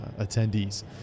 attendees